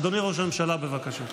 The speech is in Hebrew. אדוני ראש הממשלה, בבקשה.